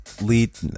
lead